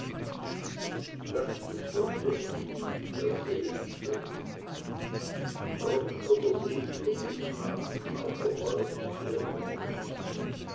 das ist der stechlin der see stechlin aber nicht nur der see führt diesen namen auch der wald der ihn umschließt